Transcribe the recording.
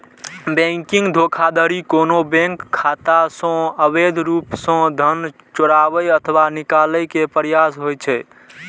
banking धोखाधड़ी कोनो bank खाता सं अवैध रूप सं धन चोराबै अथवा निकाले के प्रयास होइ छै